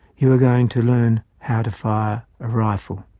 you are going to learn how to fire a rifle.